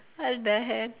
what the hell